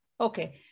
Okay